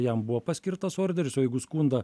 jam buvo paskirtas orderis o jeigu skundą